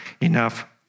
enough